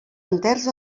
enters